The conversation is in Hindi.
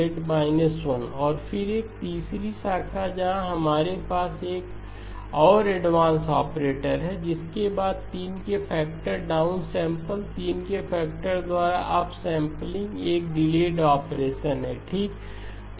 z−1 और फिर एक तीसरी शाखा जहां हमारे पास एक और एडवांस ऑपरेटर है जिसके बाद 3 के फैक्टर डाउन सैंपल 3 के फैक्टर द्वारा अप सैंपलिंग एक डिलेड ऑपरेशन है ठीक